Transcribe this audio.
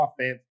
offense